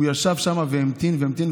הוא ישב שם והמתין והמתין,